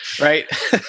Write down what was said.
Right